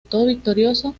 victorioso